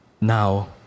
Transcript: now